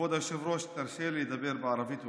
כבוד היושב-ראש, תרשה לי לדבר בערבית,